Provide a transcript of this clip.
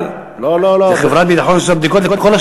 זה לא "אל על",